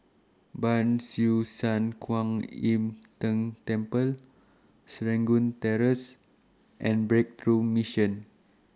Ban Siew San Kuan Im Tng Temple Serangoon Terrace and Breakthrough Mission